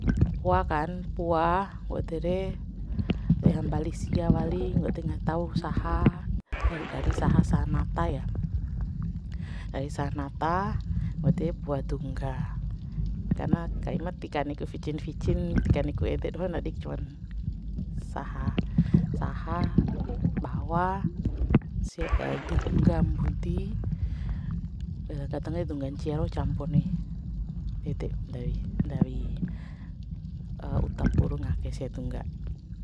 Pua kan pua wau ede re weha mbali sia wali ngo ede nga tau saha dari dari saha saha nata ya dari sah nata ngo ede pua dungga karna ka ima ti kani ku ficin ficin ti kani ku ede dohon ndadi cuan saha saha bawa sia dungga mbudi dungga ncia rau campo ni ede ndawi ndawi uta puru ngaha kai sia dungga